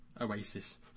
Oasis